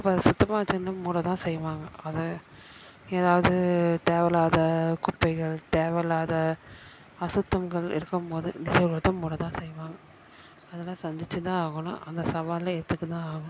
இப்போ அதை சுத்தமாக வெச்சில்லனா மூட தான் செய்வாங்க அதை ஏதாவது தேவையில்லாத குப்பைகள் தேவையில்லாத அசுத்தங்கள் இருக்கும்போது நீச்சல் குளத்தை மூட தான் செய்வாங்க அதல்லாம் சந்தித்து தான் ஆகணும் அந்த சவாலை எதிர்த்து தான் ஆகணும்